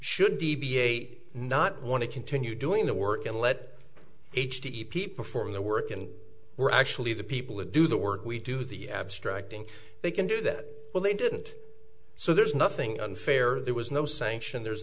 should d b a not want to continue doing the work and let h t t p perform the work and we're actually the people who do the work we do the abstracting they can do that well they didn't so there's nothing unfair there was no sanction there's